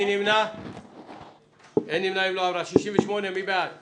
מי בעד הצעה 38 של קבוצת סיעת המחנה הציוני?